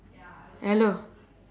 hello